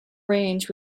range